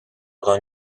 gan